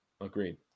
agreed